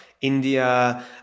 india